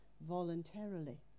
voluntarily